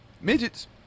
Midgets